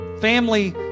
family